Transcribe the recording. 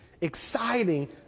exciting